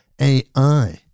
AI